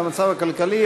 המצב הכלכלי,